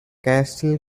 castle